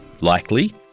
likely